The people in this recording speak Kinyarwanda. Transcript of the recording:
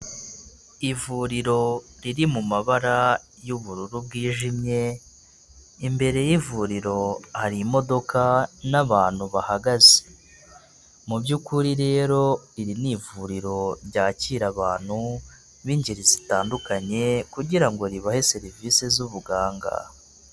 Ivuriro riri mu mabara y'ubururu bwijimye imbere y'ivuriro hari imodoka n'abantu bahagaze mubyukuri rero iri ni ivuriro ryakira abantu b'ingeri zitandukanye kugira ngo ribahe serivisi z'ubuganga.